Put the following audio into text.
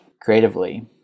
creatively